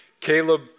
Caleb